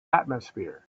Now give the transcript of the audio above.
atmosphere